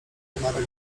kanarek